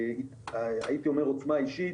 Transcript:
והייתי אומר עוצמה אישית,